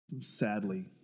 sadly